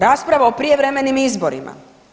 Rasprava o prijevremenim izborima.